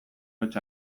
hots